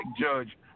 judge